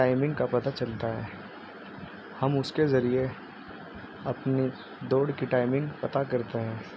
timing کا پتہ چلتا ہے ہم اس کے ذریعے اپنی دوڑ کی ٹائمنگ پتہ کرتے ہیں